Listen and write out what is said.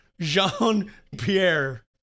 Jean-Pierre